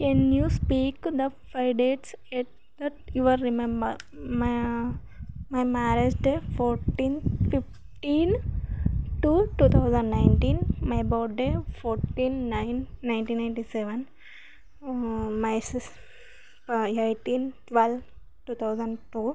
can you speak the five dates at that your remember మ్యా my marriage day fourteen fifteen to two thousand nineteen my birthday fourteen nine nineteen ninety seven my sis ప eighteen twelve two thousand two